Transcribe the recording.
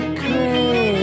crazy